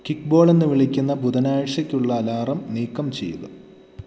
kickball എന്ന് വിളിക്കുന്ന ബുധനാഴ്ചക്കുള്ള അലാറം നീക്കം ചെയ്യുക